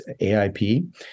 aip